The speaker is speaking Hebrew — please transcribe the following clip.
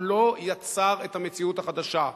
הוא לא יצר את המציאות החדשה,